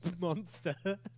monster